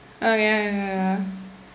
ok ok ya ya